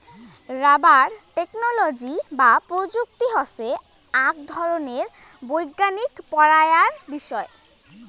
rubber technology বা প্রযুক্তি হসে আক ধরণের বৈজ্ঞানিক পড়াইয়ার বিষয়